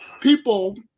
people